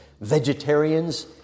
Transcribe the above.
vegetarians